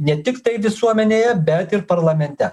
ne tiktai visuomenėje bet ir parlamente